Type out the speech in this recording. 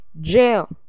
Jail